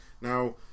Now